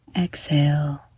Exhale